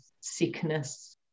sickness